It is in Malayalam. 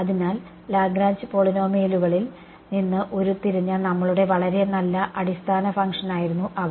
അതിനാൽ ലാഗ്രാഞ്ച് പോളിനോമിയലുകളിൽ നിന്ന് ഉരുത്തിരിഞ്ഞ നമ്മളുടെ വളരെ നല്ല അടിസ്ഥാന ഫംഗ്ഷനായിരുന്നു അവ